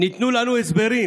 אדוני היושב-ראש,